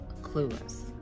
clueless